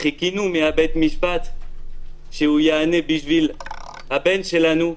ציפינו מבית המשפט שייתן מענה לבן שלנו,